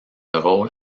rôle